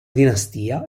dinastia